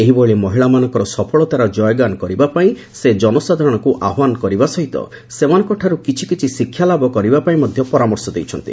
ଏହିଭଳି ମହିଳାମାନଙ୍କର ସଫଳତାର କୟଗାନ କରିବାପାଇଁ ସେ ଜନସାଧାରଣଙ୍କ ଆହ୍ବାନ କରିବା ସହିତ ସେମାନଙ୍କଠାର୍ଚ କିଛି କିଛି ଶିକ୍ଷାଲାଭ କରିବାପାଇଁ ମଧ୍ୟ ପରାମର୍ଶ ଦେଇଛନ୍ତି